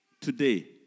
today